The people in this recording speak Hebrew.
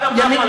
ימים יגידו.